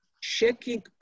shaking